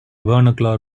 vernacular